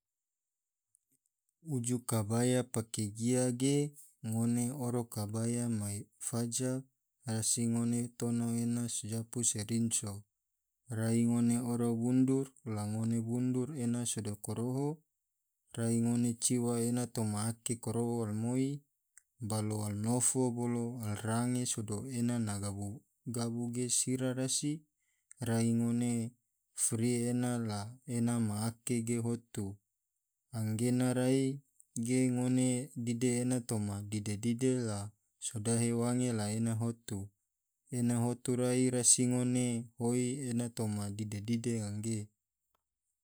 Uju kabaya pake giya ge, ngone oro kabaya mai faja rasi ngone tono ena sujapu se rinso, rai ngone oro bundur la ngone bundur ena sado koroho, rai ngone ciwa ena toma ake koroho rimoi, bolo almalofo, bolo alrange, sado ena na gabu-gabu ge sira rasi rai ngone frie ena la ena ma ake ge hotu, anggena rai ge ngone dide ena toma dide-dide la sodahe wange la ena hotu, ena hotu rai rasi ngone hoi ena toma dide-dide angge.